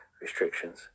restrictions